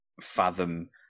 fathom